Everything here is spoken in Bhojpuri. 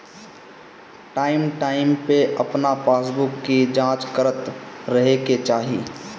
टाइम टाइम पे अपन पासबुक के जाँच करत रहे के चाही